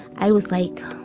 i was like,